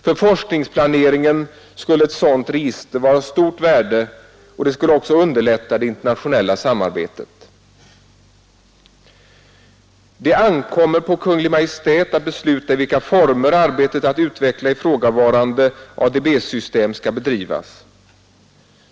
För forskningsplaneringen skulle ett sådant register vara av stort värde och det skulle också underlätta det internationella samarbetet.” ——— ”Det ankommer på Kungl. Maj:t att besluta i vilka former arbetet på att utveckla ifrågavarande ADB-system skall bedrivas.